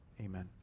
Amen